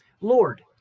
Lord